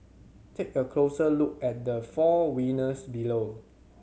take a closer look at the four winners below